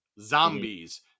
zombies